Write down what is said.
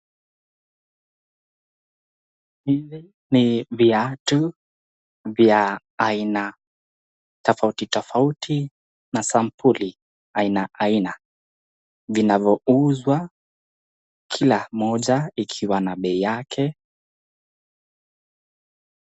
Hizi ni viatu vya aina tafauti tafauti na sampuli aina aina, vinavyouzwa kila mmoja ikiwa na bei yake.